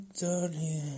darling